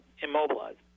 immobilized